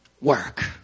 work